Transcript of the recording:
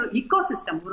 ecosystem